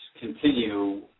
continue